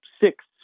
six